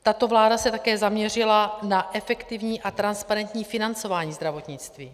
Tato vláda se také zaměřila na efektivní a transparentní financování zdravotnictví.